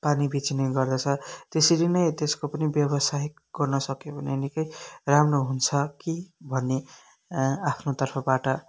पानी बेचिने गर्दछ त्यसरी नै त्यसको पनि व्यवसाय गर्नसक्यो भने निकै राम्रो हुन्छ कि भन्ने आफ्नो तर्फबाट